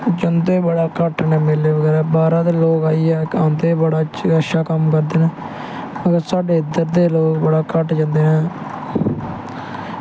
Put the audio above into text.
जंदे बड़ा घट्ट नै मेले बगैरा बाह्रा दा लोग आइयै बड़ा अच्छा कम्म करदे न मगर साढ़े इध्दर दे लोग बड़ा घट्ट जंदे न